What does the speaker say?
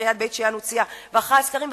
עיריית בית-שאן הוציאה וערכה סקרים,